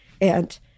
And-